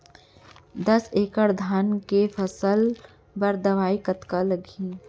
दस एकड़ धान के फसल बर दवई कतका लागही?